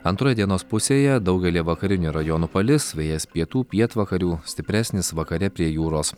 antroje dienos pusėje daugelyje vakarinių rajonų palis vėjas pietų pietvakarių stipresnis vakare prie jūros